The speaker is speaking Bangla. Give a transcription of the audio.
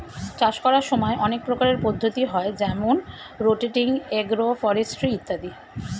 চাষ করার সময় অনেক প্রকারের পদ্ধতি হয় যেমন রোটেটিং, এগ্রো ফরেস্ট্রি ইত্যাদি